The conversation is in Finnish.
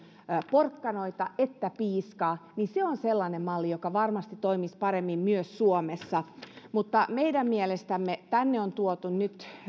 porkkanoita että piiskaa niin se on sellainen malli joka varmasti toimisi paremmin myös suomessa meidän mielestämme tänne on tuotu nyt